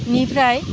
बेनिफ्राय